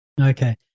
okay